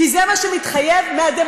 כי זה מה שמתחייב מהדמוקרטיה,